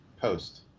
post